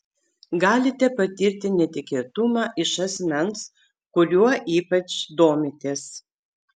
galite patirti netikėtumą iš asmens kuriuo ypač domitės